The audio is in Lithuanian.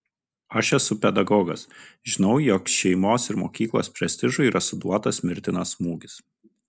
aš esu pedagogas žinau jog šeimos ir mokyklos prestižui yra suduotas mirtinas smūgis